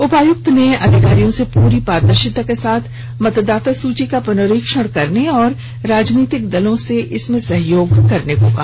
उपायुक्त ने अधिकारियों से पूरी पारदर्शिता के साथ मतदाता सूची का पुनरीक्षण करने और राजनीतिक दलों से इसमे सहयोग करने को कहा